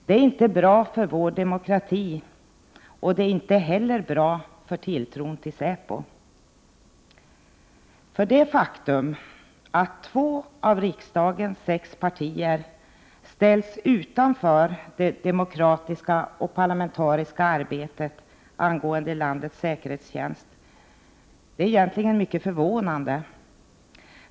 Det är inte bra för vår demokrati, och det är inte heller bra för tilltron till säpo. För det faktum att två av riksdagens sex partier ställs utanför det demokratiska och parlamentariska arbetet angående landets säkerhetstjänst är egentligen mycket förvånande.